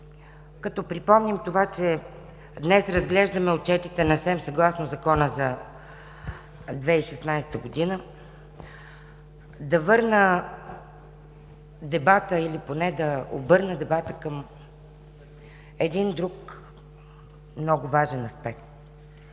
като припомним това, че днес разглеждаме отчетите на СЕМ съгласно Закона за 2016 г. да върна дебата или поне да обърна дебата към един друг много важен аспект.